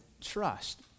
trust